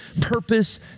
purpose